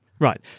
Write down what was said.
Right